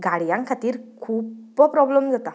गाड्यां खातीर खूब प्रोब्लम जाता